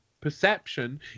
perception